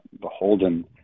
beholden